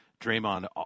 Draymond